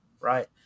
right